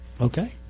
Okay